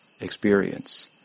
experience